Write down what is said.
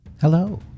Hello